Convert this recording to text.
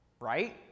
right